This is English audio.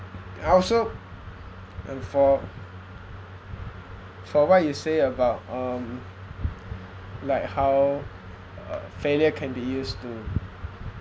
I also and for for what you say about um like how uh failure can be used to